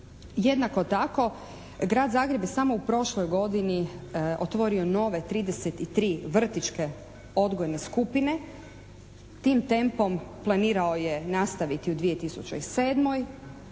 Jednako tako grad Zagreb je samo u prošloj godini otvorio nove 33 vrtićke odgojne skupine. Tim tempom planirao je nastaviti u 2007.